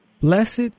Blessed